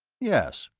yes.